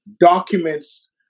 documents